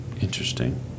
Interesting